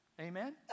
Amen